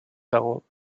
parents